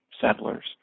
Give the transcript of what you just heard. settlers